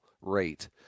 rate